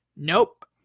Nope